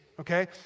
Okay